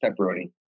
pepperoni